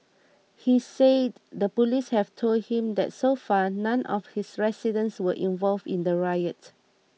he said the police have told him that so far none of his residents were involved in the riot